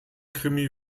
krimi